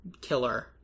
killer